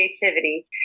creativity